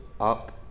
up